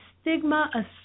stigma